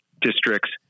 districts